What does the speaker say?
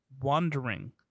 Wandering